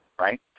right